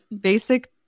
basic